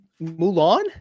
Mulan